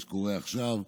ומה שקורה עכשיו,